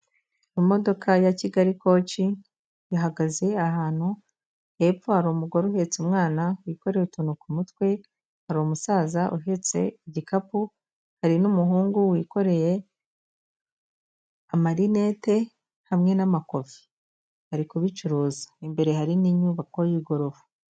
Imodoka ya Kigali Coach ihagaze ahantu, hepfo hari umugore uhetse umwana, wikoreye utuntu ku mutwe, hari umusaza uhetse igikapu, hari n'umuhungu wikoreye amarinete hamwe n'amakofi. Ari kubicuruza. Imbere hari n'inyubako y'igorofa.